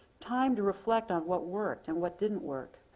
time to reflect on what worked and what didn't work.